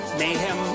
mayhem